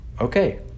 Okay